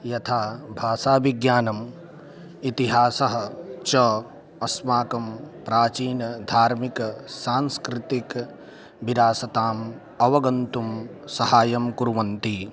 यथा भाषाविज्ञानम् इतिहासः च अस्माकं प्राचीनधार्मिक सांस्कृतिकविरासताम् अवगन्तुं सहायं कुर्वन्ति